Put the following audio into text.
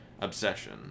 obsession